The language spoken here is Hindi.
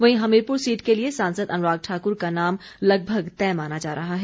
वहीं हमीरपुर सीट के लिये सांसद अनुराग ठाक्र का नाम लगभग तय माना जा रहा है